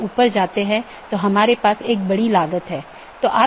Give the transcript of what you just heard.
एक विशेष उपकरण या राउटर है जिसको BGP स्पीकर कहा जाता है जिसको हम देखेंगे